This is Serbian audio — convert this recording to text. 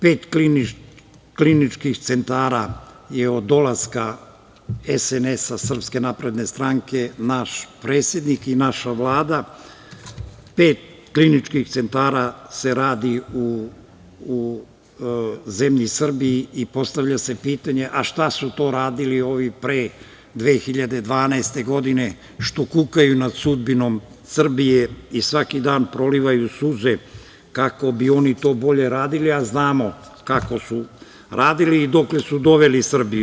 Pet kliničkih centara je od dolaska SNS, naš predsednik i naša Vlada, pet kliničkih centara u zemlji Srbiji se radi, i postavlja se pitanje – a, šta su to radili ovi pre 2012. godine, što kukaju nad sudbinom Srbije i svaki dan prolivaju suze, kako bi oni to bolje radili, a znamo kako su radili i dokle su doveli Srbiju.